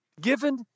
Given